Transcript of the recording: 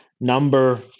number